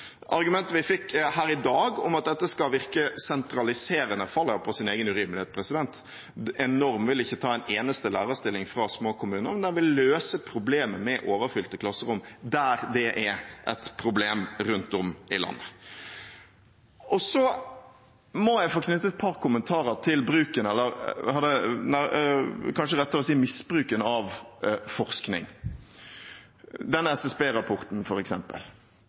Argumentet vi fikk her i dag, om at dette skal virke sentraliserende, faller jo på sin egen urimelighet. En norm vil ikke ta en eneste lærerstilling fra små kommuner, men den vil løse problemet med overfylte klasserom der det er et problem rundt om i landet. Så må jeg få knytte et par kommentarer til bruken – eller kanskje rettere sagt misbruken – av forskning, f.eks. denne SSB-rapporten. Det finnes ikke grunnlag for å si